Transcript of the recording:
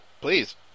please